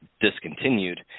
discontinued